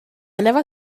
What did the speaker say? never